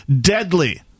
deadly